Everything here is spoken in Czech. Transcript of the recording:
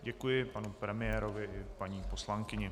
Děkuji panu premiérovi i paní poslankyni.